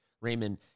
Raymond